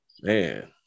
Man